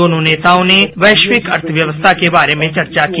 दोनों नेताओं ने वैश्विक अर्थव्यवस्था के बारे में चर्चा की